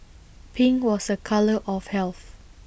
pink was A colour of health